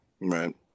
Right